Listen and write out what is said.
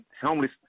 homeless